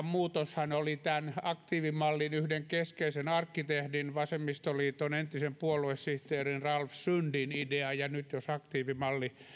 muutoshan oli tämän aktiivimallin yhden keskeisen arkkitehdin vasemmistoliiton entisen puoluesihteeri ralf sundin idea ja nyt jos aktiivimalli